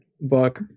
book